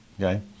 Okay